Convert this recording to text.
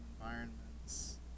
environments